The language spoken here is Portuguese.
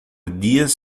dias